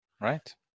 Right